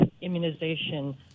immunization